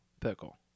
pickle